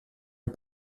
est